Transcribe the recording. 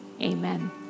Amen